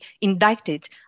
indicted